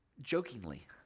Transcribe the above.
jokingly